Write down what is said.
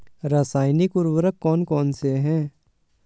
रासायनिक उर्वरक कौन कौनसे हैं?